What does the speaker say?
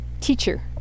teacher